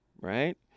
right